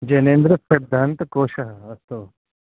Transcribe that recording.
जैनेन्द्रसिद्धान्तकोशः अस्तु